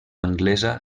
anglesa